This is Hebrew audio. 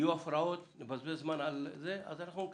יהיו הפרעות, נבזבז זמן, נקצר.